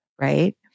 right